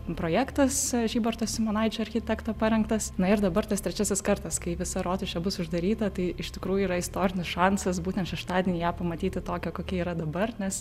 projektas žybarto simonaičio architekto parengtas na ir dabar tas trečiasis kartas kai visa rotušė bus uždaryta tai iš tikrųjų yra istorinis šansas būtent šeštadienį ją pamatyti tokią kokia yra dabar nes